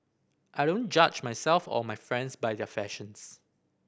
I don't judge myself or my friends by their fashions